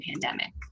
pandemic